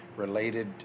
related